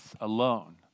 alone